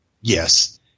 Yes